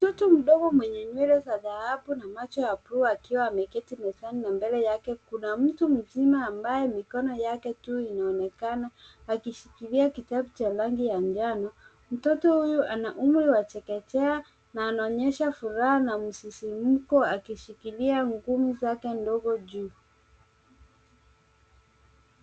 Mtoto mdogo mwenye nywele za dhahabu na macho ya buluu akiwa amekati mezani na mbele yake kuna mtu mzima ambaye mikono yake tu imeonekana akishikilia kitabu cha rangi ya njano. Mtoto huyu ana umri wa chekechea na anaonyesha furaha na mzisimuko akishikilia ngumi zake ndogo juu.